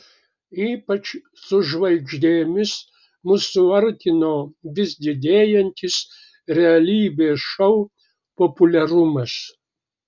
ypač su žvaigždėmis mus suartino vis didėjantis realybės šou populiarumas